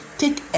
take